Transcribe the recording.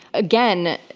again,